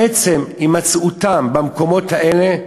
עצם הימצאותם במקומות האלה,